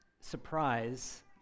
surprise